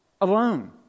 alone